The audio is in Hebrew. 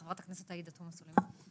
חברת הכנסת עאידה תומא סלימאן.